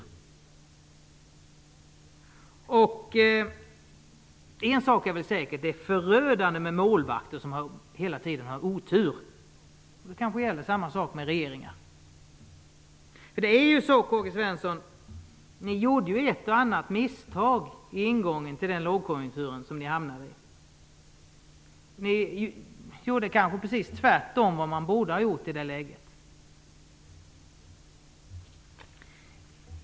En sak är säker: det är förödande med målvakter som hela tiden har otur. Samma sak gäller kanske för regeringar. Ni gjorde ju ett och annat misstag i ingången till den lågkonjunktur som ni hamnade i, K-G Svensson. Ni gjorde kanske precis tvärtom mot vad man borde ha gjort i det läget.